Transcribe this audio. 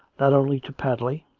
not only to padley,